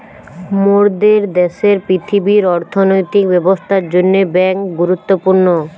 মোরদের দ্যাশের পৃথিবীর অর্থনৈতিক ব্যবস্থার জন্যে বেঙ্ক গুরুত্বপূর্ণ